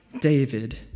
David